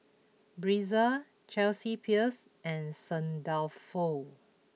Breezer Chelsea Peers and Saint Dalfour